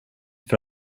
för